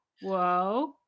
Whoa